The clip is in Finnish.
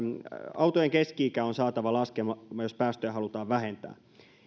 autojen keski ikä on saatava laskemaan jos päästöjä halutaan vähentää